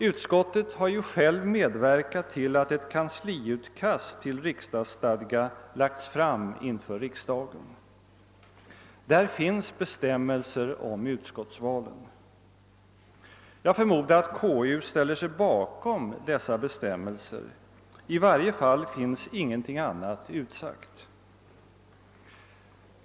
Utskottet har ju självt medverkat till att ett kansliutkast till riksdagsstadga lagts fram inför riksdagen. Där finns bestämmelser om utskottsvalen. Jag förmodar att konstitutionsutskottet ställer sig bakom förslaget till dessa bestämmelser, i varje fall är ingenting annat utsagt.